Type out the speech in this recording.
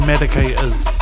medicators